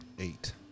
Eight